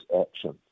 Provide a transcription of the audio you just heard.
action